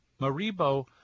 Maribo